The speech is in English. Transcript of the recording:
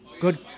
good